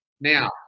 Now